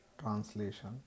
Translation